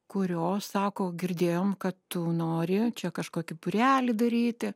kurios sako girdėjom kad tu nori čia kažkokį būrelį daryti